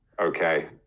okay